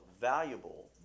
valuable